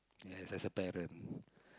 ya as as a parent